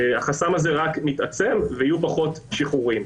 החסם הזה רק מתעצם ויהיו פחות שחרורים.